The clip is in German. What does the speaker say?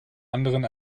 anderen